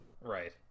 Right